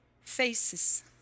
faces